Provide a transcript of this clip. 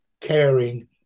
caring